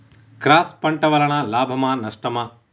Cross పంట వలన లాభమా నష్టమా?